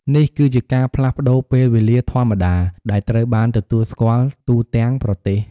នេះគឺជាការផ្លាស់ប្តូរពេលវេលាធម្មតា ដែលត្រូវបានទទួលស្គាល់ទូទាំងប្រទេស។